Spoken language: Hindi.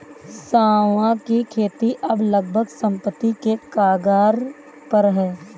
सांवा की खेती अब लगभग समाप्ति के कगार पर है